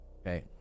Okay